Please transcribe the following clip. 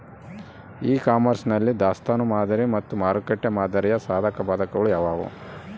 E commerce ನಲ್ಲಿ ದಾಸ್ತನು ಮಾದರಿ ಮತ್ತು ಮಾರುಕಟ್ಟೆ ಮಾದರಿಯ ಸಾಧಕಬಾಧಕಗಳು ಯಾವುವು?